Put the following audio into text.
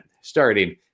starting